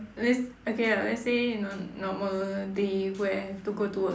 let's okay lah let's say know normal day where I have to go to work